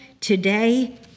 Today